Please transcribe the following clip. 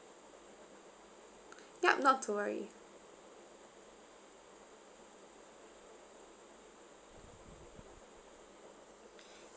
yup not to worry